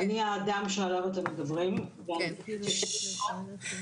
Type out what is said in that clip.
אני האדם שעליו אתם מדברים ואני